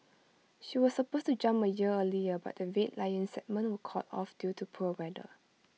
she was supposed to jump A year earlier but the Red Lions segment was called off due to poor weather